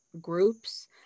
groups